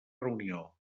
reunió